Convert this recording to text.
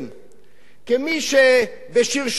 כמי שבשרשור מסוים,